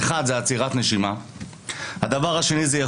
הדבר הראשון הוא עצירת נשימה,